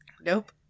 Nope